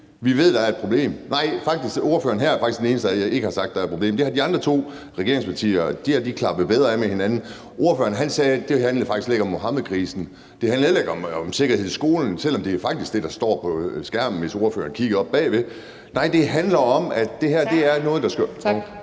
Vi ved, at der er et problem. Nej, faktisk er ordføreren her den eneste, der ikke har sagt, at der er et problem. Det har de andre to regeringspartier klappet bedre af med hinanden. Ordføreren sagde, at det faktisk slet ikke handlede om Muhammedkrisen, og at det heller ikke handlede om sikkerhed i skolen, selv om det faktisk er det, der står på skærmen, hvis ordføreren kigger oppe bagved – nej, det handler om, at det her er noget, der skal ...